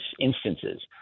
instances